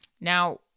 Now